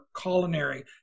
culinary